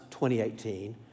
2018